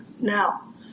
Now